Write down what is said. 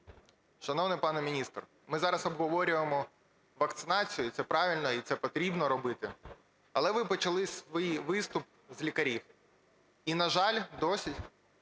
Шановний пане міністре, ми зараз обговорюємо вакцинацію і це правильно, і це потрібно робити. Але ви почали свій виступ з лікарів. І, на жаль, досі